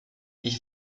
ich